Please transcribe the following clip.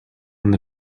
нар